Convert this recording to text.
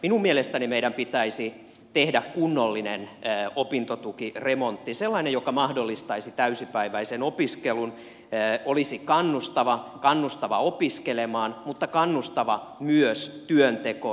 minun mielestäni meidän pitäisi tehdä kunnollinen opintotukiremontti sellainen joka mahdollistaisi täysipäiväisen opiskelun olisi kannustava opiskelemaan kannustava mutta myös työntekoon kannustava